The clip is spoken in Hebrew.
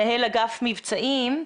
מנהל אגף מבצעים.